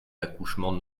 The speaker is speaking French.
accouchements